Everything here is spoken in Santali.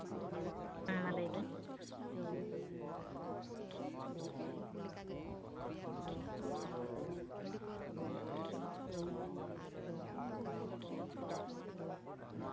ᱦᱮᱸ ᱢᱟ ᱞᱟᱹᱭᱵᱮᱱ